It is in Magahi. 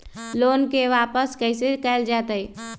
लोन के वापस कैसे कैल जतय?